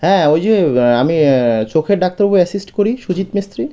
হ্যাঁ ওই যে আমি চোখের ডাক্তারবাবু অ্যাসিস্ট করি সুজিত মিস্ত্রি